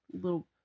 little